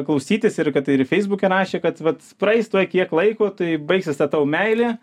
klausytis ir kad ir feisbuke rašė kad vat praeis tuoj kiek laiko tai baigsis ta tavo meilė